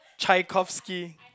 Tchaikovsky